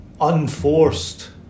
unforced